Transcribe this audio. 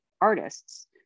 artists